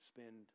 spend